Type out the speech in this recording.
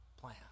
plan